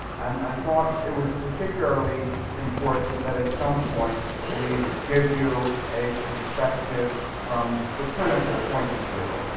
and i thought it was particularly important that at some point we give you a perspective from the clinical point of view,